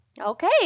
Okay